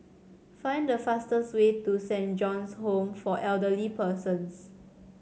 find the fastest way to Saint John's Home for Elderly Persons